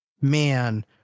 man